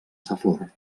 safor